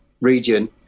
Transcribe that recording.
region